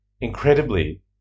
Incredibly